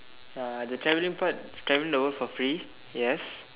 ya the traveling part traveling the world for free yes